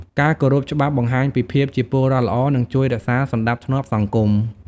ការគោរពច្បាប់បង្ហាញពីភាពជាពលរដ្ឋល្អ និងជួយរក្សាសណ្តាប់ធ្នាប់សង្គម។